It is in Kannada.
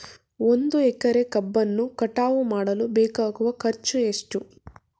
ಒಂದು ಎಕರೆ ಕಬ್ಬನ್ನು ಕಟಾವು ಮಾಡಲು ಬೇಕಾಗುವ ಖರ್ಚು ಎಷ್ಟು?